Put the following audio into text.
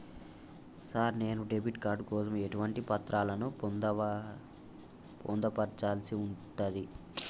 Sir నేను debit card కోసం ఎటువంటి పత్రాలను పొందుపర్చాల్సి ఉంటది?